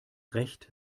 recht